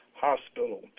hospital